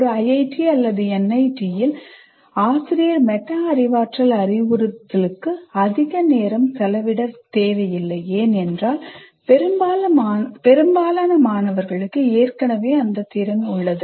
ஒரு IIT NITயில் ஆசிரியர் மெட்டா அறிவாற்றல் அறிவுறுத்தலுக்கு அதிக நேரம் செலவிட தேவையில்லை ஏன் என்றால் பெரும்பாலான மாணவர்களுக்கு ஏற்கனவே அந்த திறன் உள்ளது